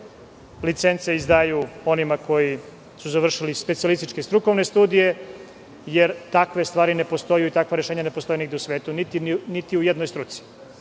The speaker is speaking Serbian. licence izdaju onima koji su završili specijalističke i strukovne studije, jer takve stvari ne postoje i takva rešenja ne postoje nigde u svetu, niti u jednoj struci.